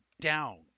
down